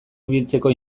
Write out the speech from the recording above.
ibiltzeko